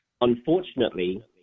unfortunately